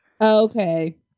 Okay